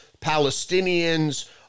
Palestinians